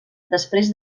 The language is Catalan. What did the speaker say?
després